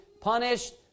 punished